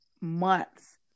months